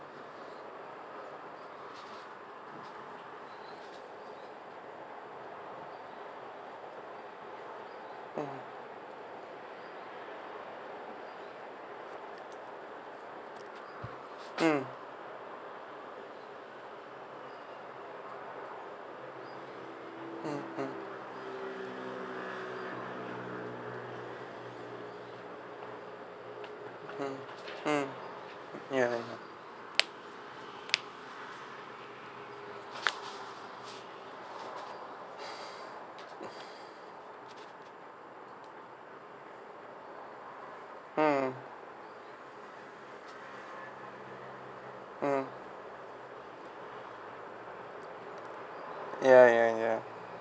mm mm mm mm mm mm ya I know mm mm ya ya ya